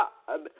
God